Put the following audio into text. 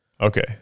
Okay